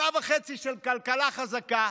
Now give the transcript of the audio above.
שנה וחצי של כלכלה חזקה.